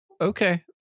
Okay